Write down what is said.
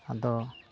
ᱟᱫᱚ